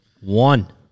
One